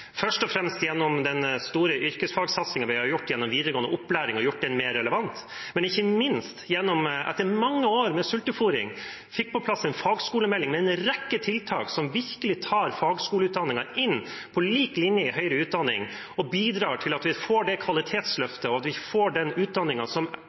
først og fremst gjennom den store yrkesfagsatsingen vi har hatt i videregående opplæring – vi har gjort den mer relevant. Men ikke minst har vi etter mange år med sultefôring fått på plass en fagskolemelding med en rekke tiltak som virkelig tar fagskoleutdanningen inn – på lik linje – i høyere utdanning. Det bidrar til at vi får det kvalitetsløftet og den utdanningen som